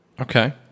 okay